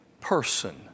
person